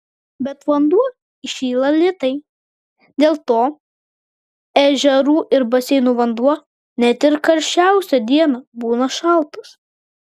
bet vanduo įšyla lėtai dėl to ežerų ir baseinų vanduo net ir karščiausią dieną būna šaltas